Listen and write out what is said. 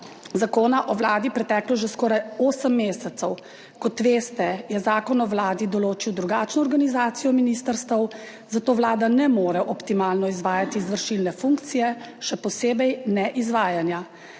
Zakona o Vladi preteklo že skoraj osem mesecev. Kot veste, je Zakon o Vladi določil drugačno organizacijo ministrstev, zato vlada ne more optimalno izvajati izvršilne funkcije, še posebej neizvajanja.